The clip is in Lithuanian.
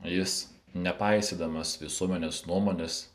jis nepaisydamas visuomenės nuomonės